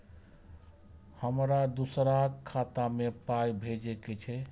हमरा दोसराक खाता मे पाय भेजे के छै?